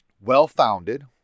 well-founded